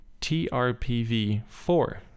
TRPV4